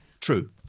True